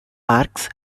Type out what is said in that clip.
parks